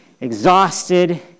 exhausted